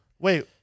Wait